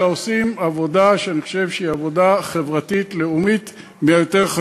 אלא עושים עבודה שאני חושב שהיא עבודה חברתית לאומית מהיותר-חשובות.